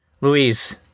Louise